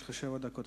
יש לך שבע דקות,